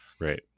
Right